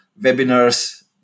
webinars